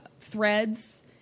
threads